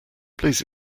please